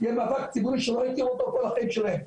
יהיה מאבק ציבורי שלא ראו אותו כל החיים שלהם.